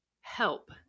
help